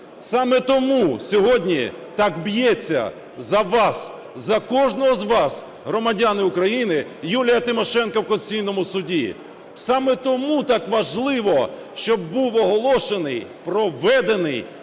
Саме тому сьогодні так б'ється за вас, за кожного з вас, громадяни України, Юлія Тимошенко в Конституційному Суді. Саме тому так важливо, щоб був оголошений, проведений